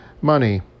money